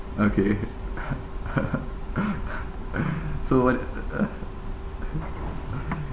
okay so what uh